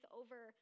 over